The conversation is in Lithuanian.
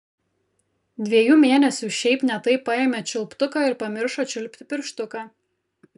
dviejų mėnesių šiaip ne taip paėmė čiulptuką ir pamiršo čiulpti pirštuką